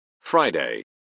Friday